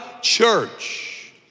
church